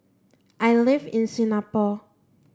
I live in Singapore